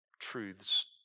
truths